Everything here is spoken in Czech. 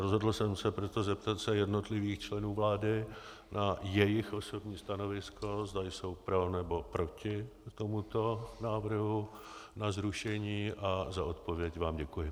A rozhodl jsem se proto zeptat jednotlivých členů vlády na jejich osobní stanovisko, zda jsou pro, nebo proti tomuto návrhu na zrušení, a za odpověď vám děkuji.